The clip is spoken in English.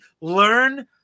learn